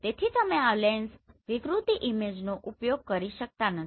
તેથી તમે આ લેન્સ વિકૃતિ ઈમેજનો ઉપયોગ કરી શકતા નથી